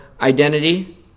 identity